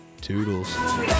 Toodles